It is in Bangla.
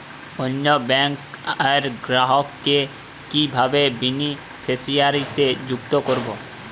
অন্য ব্যাংক র গ্রাহক কে কিভাবে বেনিফিসিয়ারি তে সংযুক্ত করবো?